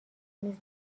نیز